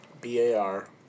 B-A-R